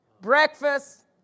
Breakfast